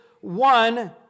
one